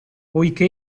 poiché